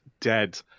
dead